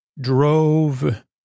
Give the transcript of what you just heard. Drove